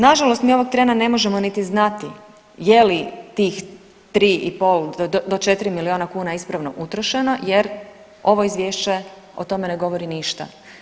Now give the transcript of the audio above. Nažalost, mi ovog trena ne možemo niti znati je li tih 3,5 do 4 milijuna kuna ispravno utrošeno jer ovo izvješće o tome ne govori ništa.